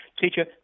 Teacher